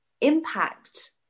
impact